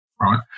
right